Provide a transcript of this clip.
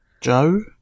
Joe